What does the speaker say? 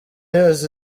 yose